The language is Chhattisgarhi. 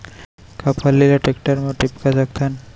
का फल्ली ल टेकटर म टिपका सकथन?